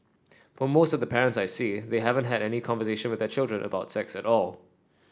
for most of the parents I see they haven't had any conversation with their children about sex at all